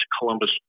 Columbus